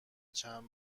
چند